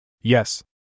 Yes